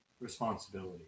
responsibility